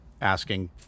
Asking